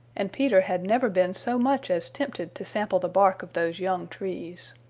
and peter had never been so much as tempted to sample the bark of those young trees.